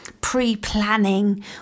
pre-planning